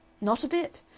not a bit.